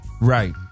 Right